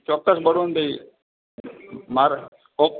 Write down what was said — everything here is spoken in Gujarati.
ચોક્કસ બળવંતભાઈ મારા ઓકે